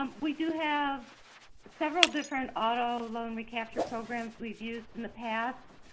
um we do have several different auto loan recapture programs we've used in the past.